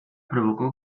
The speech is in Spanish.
provocó